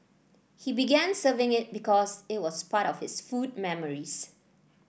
he began serving it because it was part of his food memories